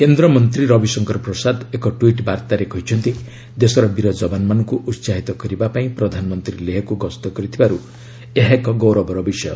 କେନ୍ଦ୍ରମନ୍ତୀ ରବିଶଙ୍କର ପ୍ରସାଦ ଏକ ଟ୍ୱିଟ୍ ବାର୍ତ୍ତାରେ କହିଛନ୍ତି ଦେଶର ବୀର ଯବାନମାନଙ୍କୁ ଉହାହିତ କରିବାପାଇଁ ପ୍ରଧାନମନ୍ତ୍ରୀ ଲେହ୍କୁ ଗସ୍ତ କରିଥିବାର୍ ଏହା ଏକ ଗୌରବର ବିଷୟ